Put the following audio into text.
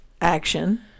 action